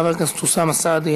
חבר הכנסת אוסאמה סעדי,